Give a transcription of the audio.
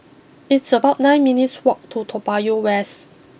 it's about nine minutes' walk to Toa Payoh West